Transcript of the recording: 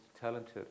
talented